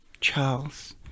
Charles